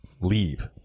leave